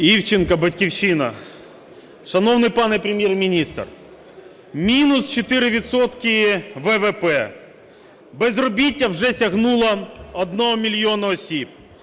Івченко, "Батьківщина". Шановний пане Прем'єр-міністр, мінус 4 відсотки ВВП, безробіття вже сягнуло 1 мільйона осіб,